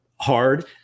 Hard